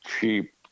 cheap